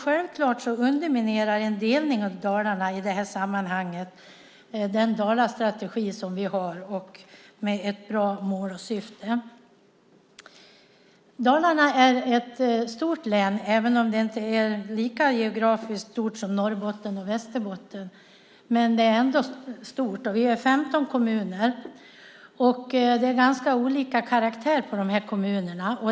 Självklart underminerar den delning av Dalarna som det här handlar om den dalastrategi vi har och som har ett bra mål och syfte. Dalarna är ett stort län även om det geografiskt inte är lika stort som Norrbotten och Västerbotten. Det består av sammanlagt 15 kommuner. Det är ganska olika karaktär på kommunerna.